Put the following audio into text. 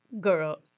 Girl